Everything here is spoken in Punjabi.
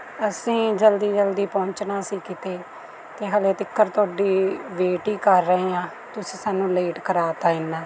ਅਸੀਂ ਜਲਦੀ ਜਲਦੀ ਪਹੁੰਚਣਾ ਸੀ ਕਿਤੇ ਤੇ ਹਲੇ ਤਿਕਰ ਤੁਹਾਡੀ ਵੇਟ ਹੀ ਕਰ ਰਹੇ ਆਂ ਤੁਸੀਂ ਸਾਨੂੰ ਲੇਟ ਕਰਾ ਤਾ ਇਨਾ